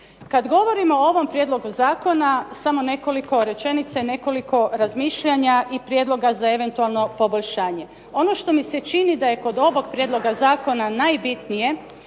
Kad govorimo o ovom prijedlogu zakona samo nekoliko rečenica i nekoliko razmišljanja i prijedloga za eventualno poboljšanje. Ono što mi se čini da je kod ovog prijedloga zakona najbitnije